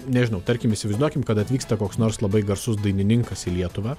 nežinau tarkim įsivaizduokim kad atvyksta koks nors labai garsus dainininkas į lietuvą